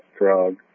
drug